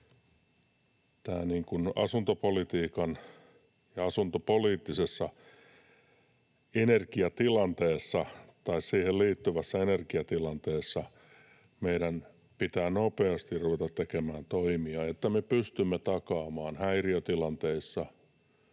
Tässä asuntopolitiikkaan liittyvässä energiatilanteessa meidän pitää nopeasti ruveta tekemään toimia, että me pystymme takaamaan häiriötilanteissa